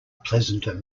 pleasanter